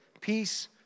Peace